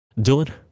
Dylan